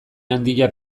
handia